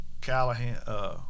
Callahan –